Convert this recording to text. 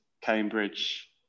Cambridge